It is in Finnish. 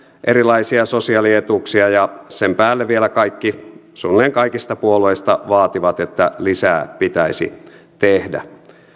erilaisia sosiaalietuuksia ja sen päälle vielä kaikki suunnilleen kaikista puolueista vaativat että lisää pitäisi tehdä